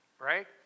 Right